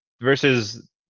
versus